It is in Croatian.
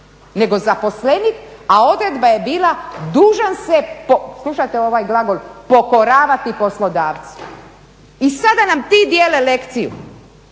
nego zaposlenik a odredba je bila dužan se slušajte ovaj glagol pokoravati poslodavcu. I sada nam ti dijele lekciju.